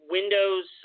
Windows